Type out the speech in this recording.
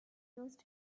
used